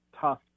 tough